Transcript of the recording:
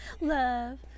Love